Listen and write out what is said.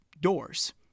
doors